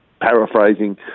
paraphrasing